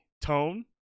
Tone